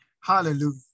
Hallelujah